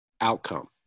outcome